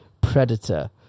predator